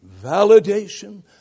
validation